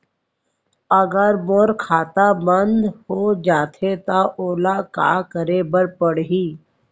अगर मोर खाता बन्द हो जाथे त मोला का करे बार पड़हि?